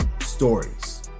stories